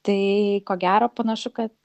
tai ko gero panašu kad